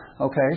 Okay